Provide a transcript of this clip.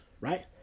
Right